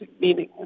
meaning